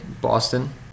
Boston